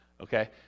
okay